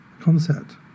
concept